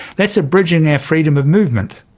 that's abridging our freedom of movement.